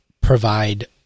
provide